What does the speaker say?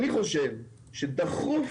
אני חושב שדחוף